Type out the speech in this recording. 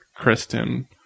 Kristen